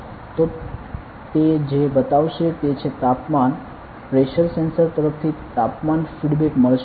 તો તે જે બતાવશે તે છે તાપમાન પ્રેશર સેન્સર તરફથી તાપમાન ફીડબેક મળશે